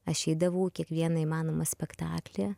aš eidavau į kiekvieną įmanomą spektaklį